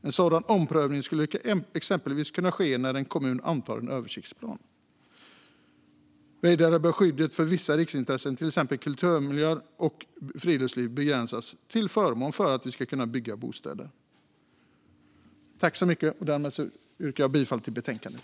En sådan omprövning skulle exempelvis kunna ske när en kommun antar en översiktsplan. Vidare bör skyddet för vissa riksintressen, till exempel kulturmiljöer och friluftsliv, begränsas till förmån för att bygga bostäder. Därmed yrkar jag bifall till förslaget.